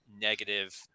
negative